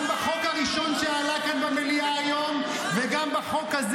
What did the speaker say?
גם בחוק הראשון שעלה כאן במליאה היום וגם בחוק הזה